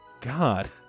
God